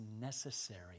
necessary